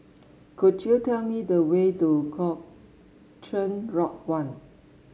could you tell me the way to Cochrane Lodge One